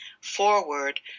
forward